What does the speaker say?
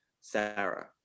Sarah